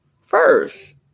first